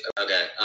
Okay